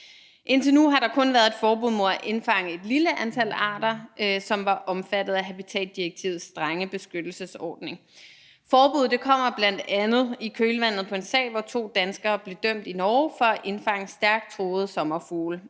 Indtil nu har der kun været et forbud mod at indfange et lille antal arter, som var omfattet af habitatdirektivets strenge beskyttelsesordning. Forbuddet kommer bl.a. i kølvandet på en sag, hvor to danskere blev dømt i Norge for at indfange stærkt truede sommerfugle.